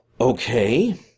Okay